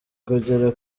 kugera